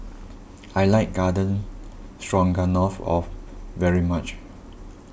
I like Garden Stroganoff off very much